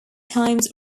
times